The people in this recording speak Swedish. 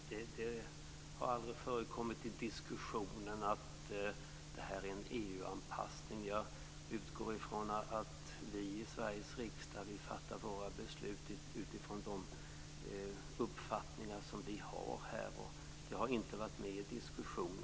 Fru talman! Nej, det har aldrig förekommit i diskussionen att det här är en EU-anpassning. Jag utgår från att vi i Sveriges riksdag fattar våra beslut utifrån de uppfattningar som vi har. Någon EU-anpassning har inte varit med i diskussionen.